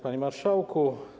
Panie Marszałku!